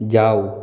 যাও